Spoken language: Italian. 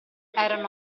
erano